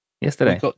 yesterday